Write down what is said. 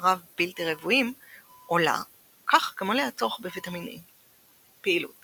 רב בלתי רוויים עולה כך גם עולה הצורך בוויטמין E. פעילות